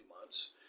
months